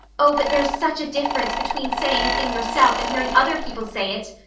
oh, but there's such a difference between saying a thing yourself and hearing other people say it,